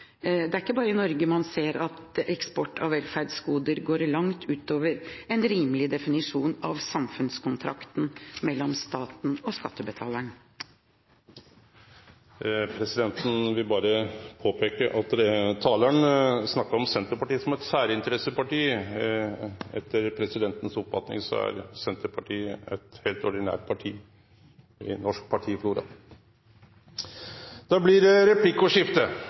man ser at eksport av velferdsgoder går langt utover en rimelig definisjon av samfunnskontrakten mellom staten og skattebetaleren. Presidenten vil berre peike på at talaren snakka om Senterpartiet som eit «særinteresseparti». Etter presidentens oppfatning er Senterpartiet eit heilt ordinært parti i norsk partiflora. Det blir replikkordskifte. Representanten Woldseth viste til at Fremskrittspartiet støttet EØS-samarbeidet da det